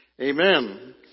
Amen